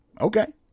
Okay